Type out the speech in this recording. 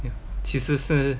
其实是